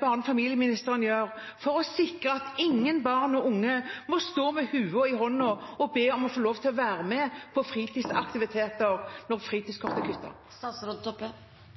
barne- og familieministeren gjøre for å sikre at ingen barn og unge må stå med lua i hånda og be om å få lov til å være med på fritidsaktiviteter, når